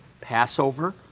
Passover